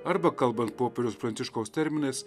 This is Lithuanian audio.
arba kalbant popiežiaus pranciškaus terminais